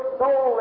soul